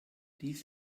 dies